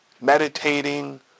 meditating